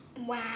wow